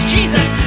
Jesus